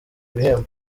bihembo